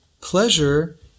pleasure